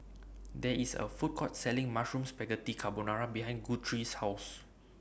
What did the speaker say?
There IS A Food Court Selling Mushroom Spaghetti Carbonara behind Guthrie's House